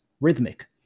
rhythmic